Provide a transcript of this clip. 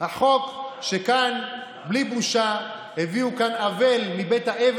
החוק שבלי בושה הביאו לכאן אבל מבית האבל